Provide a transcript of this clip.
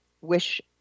wish